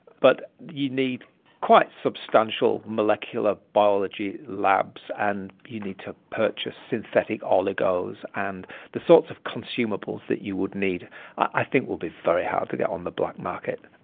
but you'd need quite substantial molecular biology labs and you'd need to purchase synthetic oligos, and the sort of consumables that you would need i think would be very hard to get on the black market.